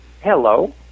Hello